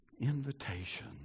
invitation